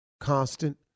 Constant